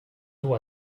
duu